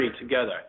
together